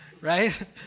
right